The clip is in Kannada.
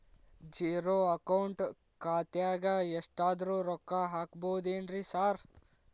ಝೇರೋ ಅಕೌಂಟ್ ಖಾತ್ಯಾಗ ಎಷ್ಟಾದ್ರೂ ರೊಕ್ಕ ಹಾಕ್ಬೋದೇನ್ರಿ ಸಾರ್?